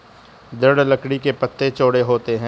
दृढ़ लकड़ी के पत्ते चौड़े होते हैं